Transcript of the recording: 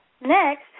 Next